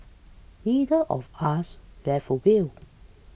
neither of us left a will